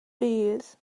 bydd